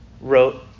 wrote